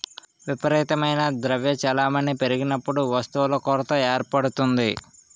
విపరీతమైన ద్రవ్య చలామణి పెరిగినప్పుడు వస్తువుల కొరత ఏర్పడుతుంది